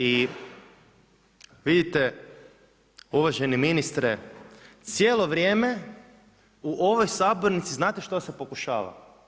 I vidite, uvaženi ministre, cijelo vrijeme u ovoj sabornici, znate što se pokušava?